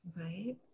right